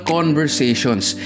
Conversations